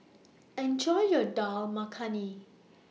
Enjoy your Dal Makhani